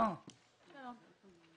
אני.